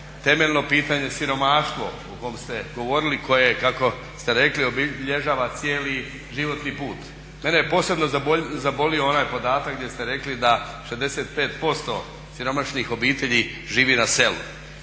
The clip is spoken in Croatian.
temeljno pitanje siromaštvo o kom ste govorili koje je kako ste rekli obilježava cijeli životni put. Mene je posebno zabolio onaj podatak gdje ste rekli da 65% siromašnih obitelji živi na selu